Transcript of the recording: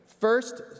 First